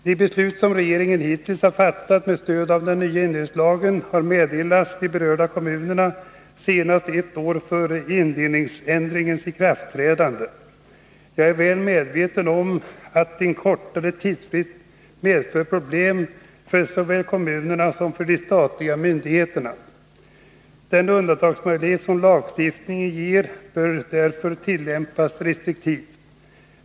De beslut som regeringen hittills har fattat med stöd av den nya indelningslagen har meddelats de berörda kommunerna senast ett år före indelningsändringens ikraftträdande. Jag är väl medveten om att en kortare tidsfrist medför problem för såväl kommunerna som de statliga myndigheterna. Den undantagsmöjlighet som lagstiftningen ger bör därför tillämpas restriktivt.